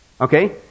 Okay